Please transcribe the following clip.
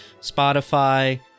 spotify